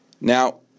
Now